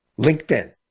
linkedin